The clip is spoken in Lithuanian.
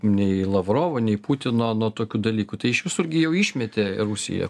nei lavrovo nei putino nuo tokių dalykų tai iš visur gi jau išmetė rusiją